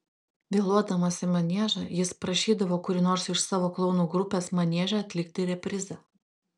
vėluodamas į maniežą jis prašydavo kurį nors iš savo klounų grupės manieže atlikti reprizą